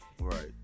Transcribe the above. Right